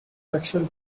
actually